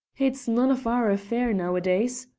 it's none of our affair nowadays,